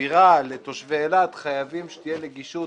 סבירה לתושבי אילת חייבים שתהיה נגישות